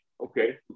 Okay